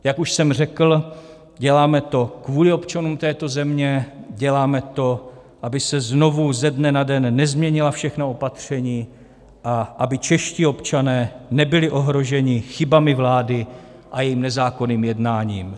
Jak už jsem řekl, děláme to kvůli občanům této země, děláme to, aby se znovu ze dne na den nezměnila všechna opatření a aby čeští občané nebyli ohroženi chybami vlády a jejím nezákonným jednáním.